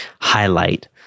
highlight